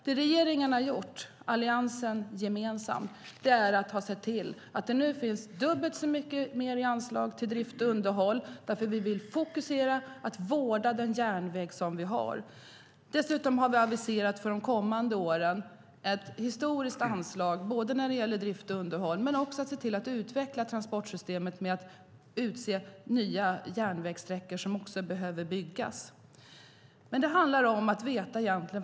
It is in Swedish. Det regeringen har gjort - Alliansen gemensamt - är att se till att det nu finns dubbelt så mycket mer i anslag till drift och underhåll, därför att vi vill fokusera på att vårda den järnväg som vi har. Dessutom har vi för de kommande åren aviserat ett historiskt anslag när det gäller drift och underhåll men också när det gäller att utveckla transportsystemet med att utse nya järnvägssträckor som också behöver byggas. Det handlar om att veta vad man gör.